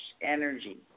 energy